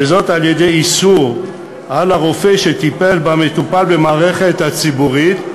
וזאת על-ידי איסור על הרופא שטיפל במטופל במערכת הציבורית,